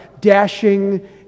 dashing